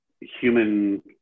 human